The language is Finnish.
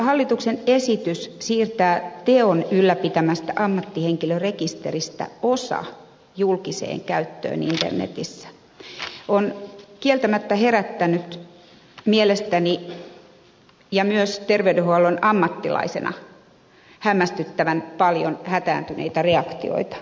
hallituksen esitys siirtää teon ylläpitämästä ammattihenkilörekisteristä osa julkiseen käyttöön internetissä on kieltämättä herättänyt mielestäni sanon näin myös terveydenhuollon ammattilaisena hämmästyttävän paljon hätääntyneitä reaktioita